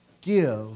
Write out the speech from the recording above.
give